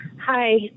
Hi